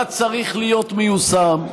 מה צריך להיות מיושם.